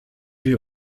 wir